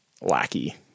lackey